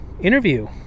interview